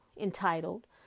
entitled